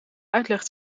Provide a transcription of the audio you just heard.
uitleg